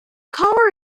color